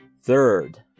Third